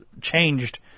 changed